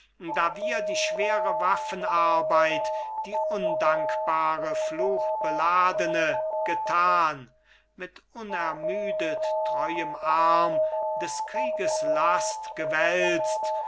da wir die schwere waffenarbeit die undankbare fluchbeladene getan mit unermüdet treuem arm des krieges last gewälzt